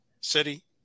city